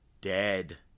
dead